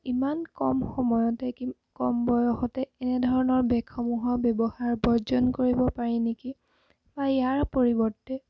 ইমান কম সময়তে কি কম বয়সতে এনেধৰণৰ বেগসমূহৰ ব্যৱহাৰ বৰ্জন কৰিব পাৰি নেকি বা ইয়াৰ পৰিৱৰ্তে